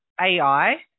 AI